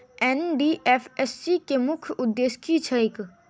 NDFSC केँ मुख्य उद्देश्य की छैक?